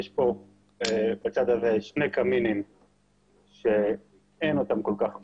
יש פה בצד הזה שני קמינים שאין אותם כל כך בארץ,